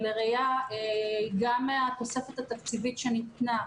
ולראייה, גם מהתוספת התקציבית שניתנה,